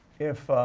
if